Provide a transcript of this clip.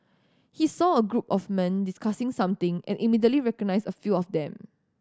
he saw a group of men discussing something and immediately recognised a few of them